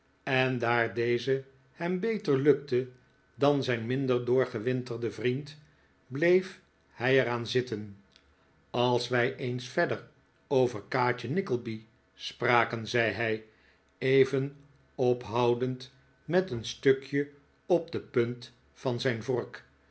en daar deze hem beter lukte dan zijn minder doorgewinterden vriend bleef hij er aan zitten als wij eens verder over kaatje nickleby spraken zei hij even ophoudend met een stukje op de punt van zijn vork